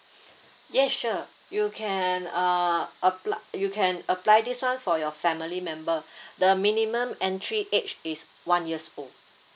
yes sure you can uh apply you can apply this one for your family member the minimum entry age is one years old